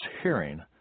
hearing